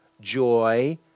joy